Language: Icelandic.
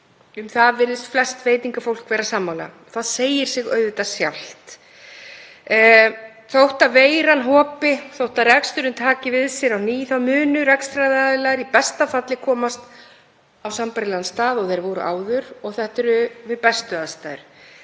um það virðist flest veitingafólk vera sammála. Það segir sig auðvitað sjálft. Þótt veiran hopi, þótt reksturinn taki við sér á ný, þá munu rekstraraðilar í besta falli komast á sambærilegan stað og þeir voru áður og það er við bestu aðstæður.